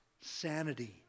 sanity